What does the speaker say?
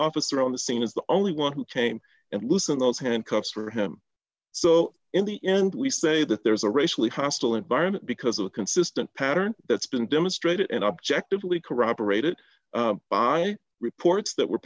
officer on the scene is the only one who came and listened those handcuffs for him so in the end we say that there's a racially hostile environment because of a consistent pattern that's been demonstrated in objectively corroborated by reports that were